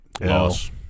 Loss